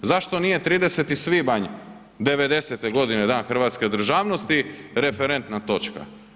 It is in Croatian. Zašto nije 30. svibanj '90.-te godine Dan hrvatske državnosti referentna točka?